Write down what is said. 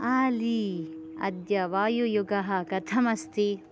आली अद्य वायुयुगः कथम् अस्ति